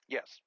Yes